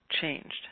changed